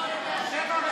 בושה.